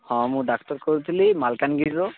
ହଁ ମୁଁ ଡାକ୍ତର କହୁଥିଲି ମାଲକାନଗିରିରୁ